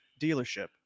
dealership